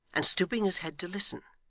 and stooping his head to listen.